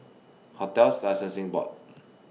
hotels Licensing Board